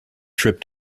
trip